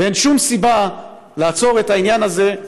ואין שום סיבה לעצור את העניין הזה.